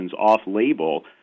off-label